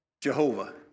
Jehovah